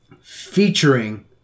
featuring